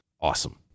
awesome